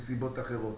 מסיבות אחרות.